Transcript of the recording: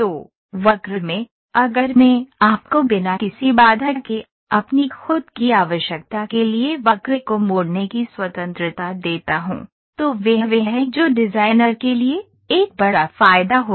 तो वक्र में अगर मैं आपको बिना किसी बाधा के अपनी खुद की आवश्यकता के लिए वक्र को मोड़ने की स्वतंत्रता देता हूं तो वह वह है जो डिजाइनर के लिए एक बड़ा फायदा होगा